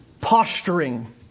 posturing